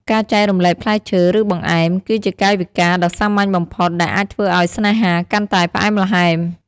ការចែករំលែកផ្លែឈើ ឬបង្អែម គឺជាកាយវិការដ៏សាមញ្ញបំផុត ដែលអាចធ្វើឱ្យស្នេហាកាន់តែផ្អែមល្ហែម។